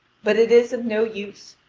but it is of no use,